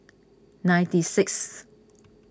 ninety sixth